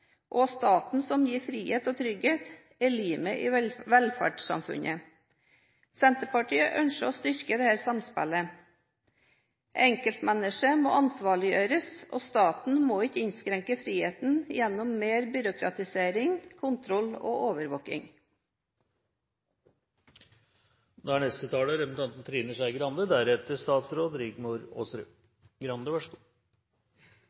og tar ansvar, og staten, som gir frihet og trygghet, er limet i velferdssamfunnet. Senterpartiet ønsker å styrke dette samspillet. Enkeltmennesket må ansvarliggjøres, og staten må ikke innskrenke friheten gjennom mer byråkratisering, kontroll og overvåking. Dette er